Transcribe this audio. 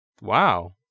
Wow